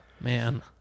Man